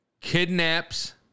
kidnaps